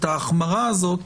את ההחמרה הזאת,